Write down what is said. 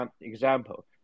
example